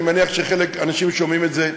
אני מניח שאנשים שומעים את זה,